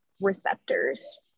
receptors